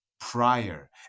prior